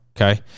okay